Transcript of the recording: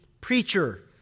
preacher